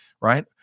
right